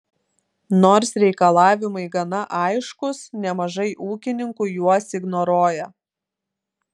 nors reikalavimai gana aiškūs nemažai ūkininkų juos ignoruoja